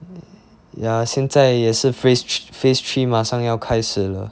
yeah 现在也是 phase three phase three 马上要开始了